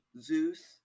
Zeus